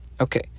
Okay